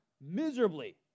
miserably